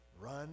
Run